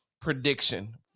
prediction